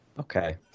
Okay